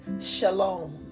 shalom